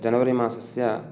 जनवरि मासस्य